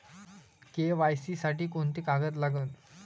KYC साठी कोंते कागद लागन?